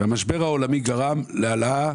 והמשבר העולמי גרם להעלאה